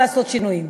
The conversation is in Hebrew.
לעשות שינויים,